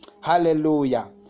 Hallelujah